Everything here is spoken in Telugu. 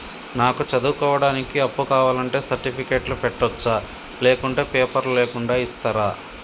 నాకు చదువుకోవడానికి అప్పు కావాలంటే సర్టిఫికెట్లు పెట్టొచ్చా లేకుంటే పేపర్లు లేకుండా ఇస్తరా?